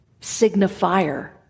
signifier